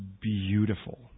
beautiful